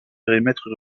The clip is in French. périmètre